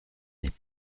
n’est